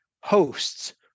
hosts